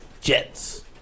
Jets